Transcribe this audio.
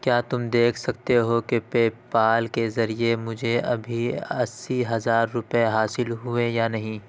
کیا تم دیکھ سکتے ہو کہ پے پال کے ذریعے مجھے ابھی اسی ہزار روپے حاصل ہوئے یا نہیں